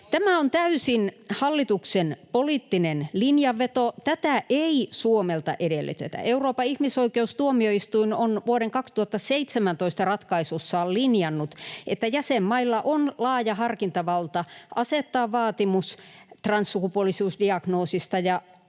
Tämä on täysin hallituksen poliittinen linjanveto. Tätä ei Suomelta edellytetä. Euroopan ihmisoikeustuomioistuin on vuoden 2017 ratkaisussaan linjannut, että jäsenmailla on laaja harkintavalta asettaa vaatimus transsukupuolisuusdiagnoosista